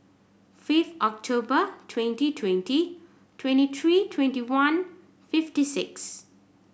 fifth October twenty twenty twenty three twenty one fifty six